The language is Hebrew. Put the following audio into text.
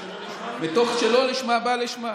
מתוך שלא לשמה בא לשמה.